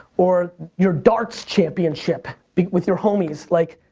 or your darts championship with your homies. like,